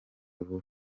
vuba